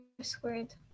squared